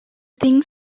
things